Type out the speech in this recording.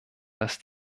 dass